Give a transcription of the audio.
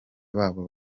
babo